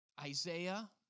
Isaiah